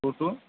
two two